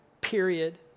Period